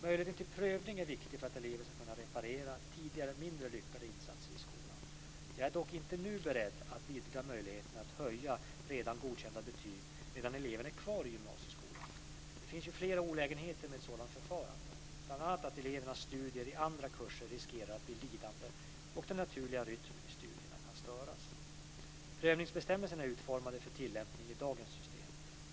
Möjligheten till prövning är viktig för att elever ska kunna reparera tidigare mindre lyckade insatser i skolan. Jag är dock inte nu beredd att vidga möjligheten att höja redan godkända betyg medan eleven är kvar i gymnasieskolan. Det finns flera olägenheter med ett sådant förfarande, bl.a. att elevernas studier i andra kurser riskerar att bli lidande och den naturliga rytmen i studierna kan störas. Prövningsbestämmelserna är utformade för tilllämpning i dagens system.